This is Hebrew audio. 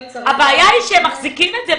הבעיה היא שהם מחזיקים את זה,